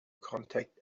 contact